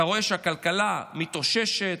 אתה רואה שהכלכלה מתאוששת,